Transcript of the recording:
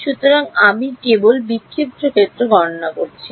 সুতরাং আমি কেবল বিক্ষিপ্ত ক্ষেত্র গণনা করছি